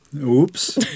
Oops